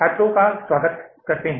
छात्रों का स्वागत करते हैं